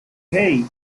hey